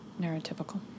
Neurotypical